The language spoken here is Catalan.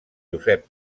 josep